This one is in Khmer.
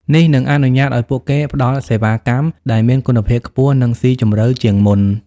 នេះនឹងអនុញ្ញាតឱ្យពួកគេផ្តល់សេវាកម្មដែលមានគុណភាពខ្ពស់ និងស៊ីជម្រៅជាងមុន។